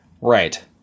right